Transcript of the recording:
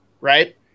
right